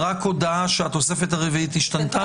רק הודעה שהתוספת הרביעית השתנתה?